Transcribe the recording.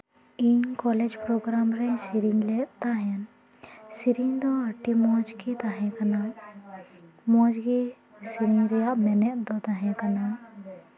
ᱤᱧ ᱠᱚᱞᱮᱡᱽ ᱯᱨᱳᱜᱨᱟᱢᱨᱮᱧ ᱥᱮᱨᱮᱧ ᱞᱮᱫ ᱡᱛᱟᱦᱮᱱ ᱥᱮᱨᱮᱧ ᱫᱚ ᱟᱹᱰᱤ ᱢᱚᱡᱽ ᱜᱮ ᱛᱟᱦᱮᱸ ᱠᱟᱱᱟ ᱢᱚᱡᱽ ᱜᱮ ᱥᱮᱨᱮᱧ ᱨᱮᱱᱟᱜ ᱢᱮᱱᱮᱛ ᱫᱚ ᱛᱟᱦᱮᱸ ᱠᱟᱱᱟ